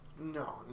No